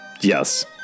Yes